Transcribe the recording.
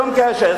שום קשר,